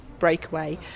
breakaway